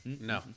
No